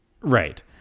Right